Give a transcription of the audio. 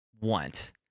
want